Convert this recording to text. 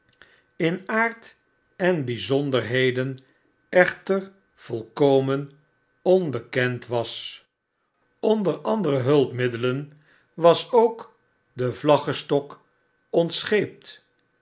in aard en bijzonderheden echter volkomen onbekend was onder andere hulpmiddelen was ook de